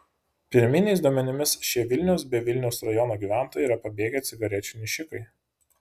pirminiais duomenimis šie vilniaus bei vilniaus rajono gyventojai yra pabėgę cigarečių nešikai